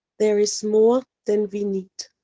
there is more than we need.